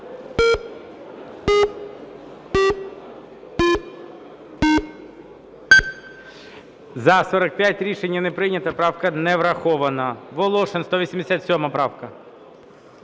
За-45 Рішення не прийнято. Правка не врахована. Волошин, 187 правка.